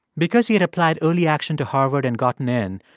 because he had applied early action to harvard and gotten in,